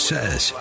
Says